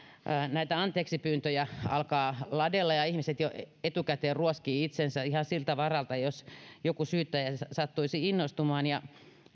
näitä anteeksipyyntöjä alkaa ladella ja ihmiset jo etukäteen ruoskivat itsensä ihan siltä varalta jos joku syyttäjä sattuisi innostumaan